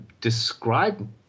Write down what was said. describe